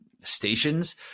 stations